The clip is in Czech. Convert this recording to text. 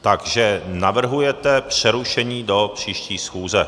Takže navrhujete přerušení do příští schůze.